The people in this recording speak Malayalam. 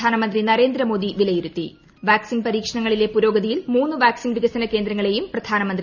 പ്രധാനമന്ത്രി നരേന്ദ്ര മോദി വിലയിരുത്തി വാക്സിൻ പരീക്ഷണങ്ങളിലെ പുരോഗതിയിൽ മൂന്ന് വാക്സിൻ വികസന കേന്ദ്രങ്ങളെയും പ്രധാനമർത്തി അഭിനന്ദിച്ചു